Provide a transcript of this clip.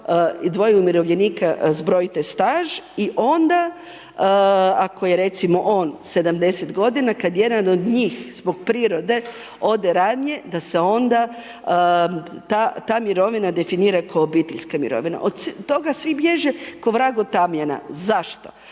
dvoje umirovljenika zbrojite staž i onda ako je recimo on 70 godina kad jedan od zbog prirode ode ranije da se onda ta mirovina definira ko obiteljska mirovina. Od toga svi bježe ko vrag od tamjana, zašto?